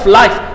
life